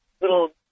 little